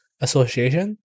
Association